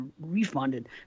refunded